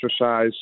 exercise